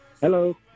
Hello